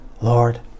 Lord